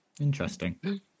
Interesting